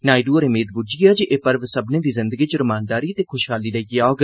नायडु होरें मेद बुज्झी ऐ जे एह पर्व सब्भने दी जिंदगी च रमानदारी ते खुशहाली लेइयै औग